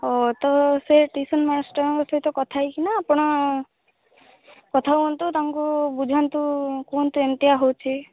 ହଁ ତ ସେ ଟିଉସନ୍ ମାଷ୍ଟର୍ଙ୍କ ସହ କଥା ହେଇକିନା ଆପଣ କଥା ହୁଅନ୍ତୁ ତାଙ୍କୁ ବୁଝାନ୍ତୁ କୁହନ୍ତୁ ଏମିତିଆ ହେଉଛି